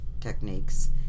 techniques